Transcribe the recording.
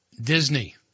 Disney